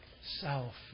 self